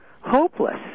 hopeless